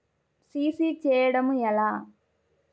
CC చేయడము ఎలా?